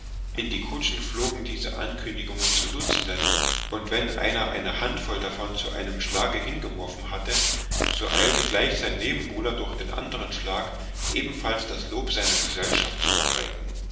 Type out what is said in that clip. in die kutschen flogen diese ankündigungen zu dutzenden und wenn einer eine handvoll davon zu einem schlage hingeworfen hatte so eilte gleich sein nebenbuhler durch den anderen schlag ebenfalls das lob seiner gesellschaft zu verbreiten